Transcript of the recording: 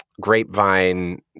grapevine